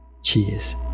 Cheers